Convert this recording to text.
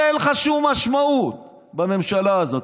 הרי אין לך שום משמעות בממשלה הזאת,